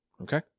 Okay